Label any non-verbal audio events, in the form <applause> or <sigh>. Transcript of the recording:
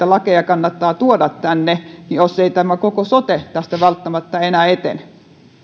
<unintelligible> lakeja kannattaa tuoda tänne jos ei tämä koko sote tästä välttämättä enää etene